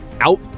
out